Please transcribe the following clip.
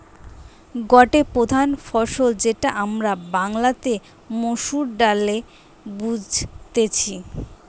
গটে প্রধান ফসল যেটা আমরা বাংলাতে মসুর ডালে বুঝতেছি